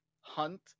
hunt